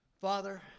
Father